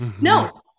no